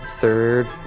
Third